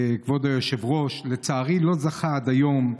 לכבוד היושב-ראש, לצערי לא זכה עד היום למענה.